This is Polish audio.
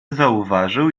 zauważył